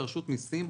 כרשות מסים,